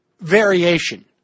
variation